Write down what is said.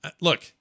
look